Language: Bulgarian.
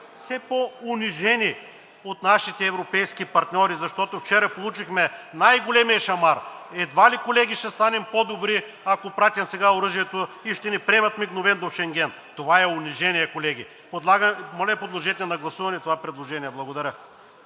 все по-унизени от нашите европейски партньори, защото вчера получихме най-големия шамар. Едва ли, колеги, ще станем по-добри, ако пратим сега оръжието и ще ни приемат мигновено в Шенген. Това е унижение, колеги! Моля, подложете на гласуване това предложение. Благодаря.